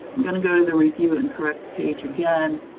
i'm going to go to the review and correct page again,